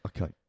Okay